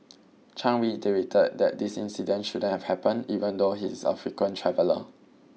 Chang reiterated that this incident shouldn't have happened even though he is a frequent traveller